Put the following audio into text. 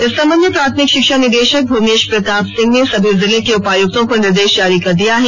इस संबंध में प्राथमिक शिक्षा निदेशक भुवनेश प्रताप सिंह ने सभी जिले के उपायुक्तों को निर्देश जारी कर दिया है